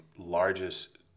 Largest